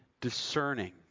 discerning